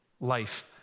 life